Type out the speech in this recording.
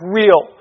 real